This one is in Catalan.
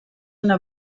una